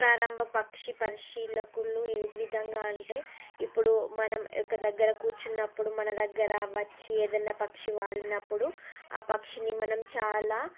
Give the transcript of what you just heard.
ప్రారంభ పక్షి పరిశీలకులు ఏ విధంగా అంటే ఇప్పుడు మనం ఒక దగ్గర కూర్చున్నప్పుడు మన దగ్గర వచ్చి ఏదైనా పక్షి వాలినప్పుడు ఆ పక్షిని మనం చాలా